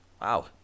wow